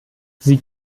sie